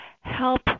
help